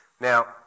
Now